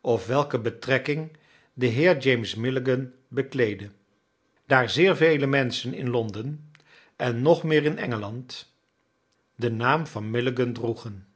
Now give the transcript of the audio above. of welke betrekking de heer james milligan bekleedde daar zeer vele menschen in londen en nog meer in engeland den naam van milligan droegen